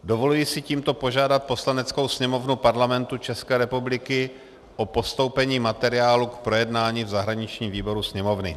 Dovoluji si tímto požádat Poslaneckou sněmovnu Parlamentu České republiky o postoupení materiálu k projednání v zahraničním výboru Sněmovny.